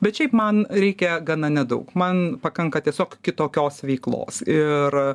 bet šiaip man reikia gana nedaug man pakanka tiesiog kitokios veiklos ir